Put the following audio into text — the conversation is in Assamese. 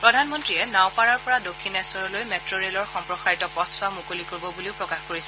প্ৰধানমন্ত্ৰীয়ে নাওপাৰাৰ পৰা দক্ষিণেশ্বৰলৈ মেট্ ৰেলৰ সম্প্ৰসাৰিত পথছোৱা মুকলি কৰিব বুলিও প্ৰকাশ কৰিছে